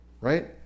right